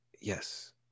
Yes